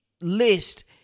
list